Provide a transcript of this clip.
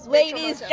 ladies